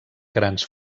grans